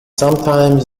sometimes